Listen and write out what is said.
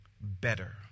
better